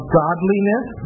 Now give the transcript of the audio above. godliness